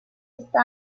está